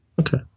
Okay